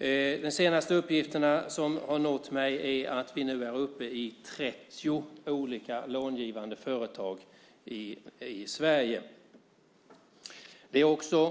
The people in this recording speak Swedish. Enligt de senaste uppgifterna som nått mig är vi nu är uppe i 30 olika långivande företag i Sverige.